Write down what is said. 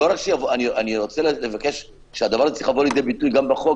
זה צריך לבוא לידי גם בחוק,